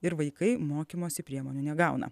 ir vaikai mokymosi priemonių negauna